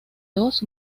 dos